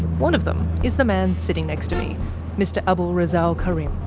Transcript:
one of them is the man sitting next to me mr abul rezaul karim.